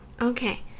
Okay